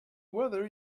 whether